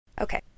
Okay